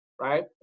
right